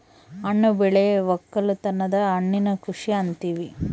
ಹಣ್ಣು ಬೆಳೆ ವಕ್ಕಲುತನನ ಹಣ್ಣಿನ ಕೃಷಿ ಅಂತಿವಿ